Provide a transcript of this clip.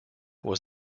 was